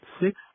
Six